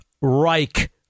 Reich